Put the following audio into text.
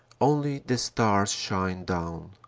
only the stars shine down.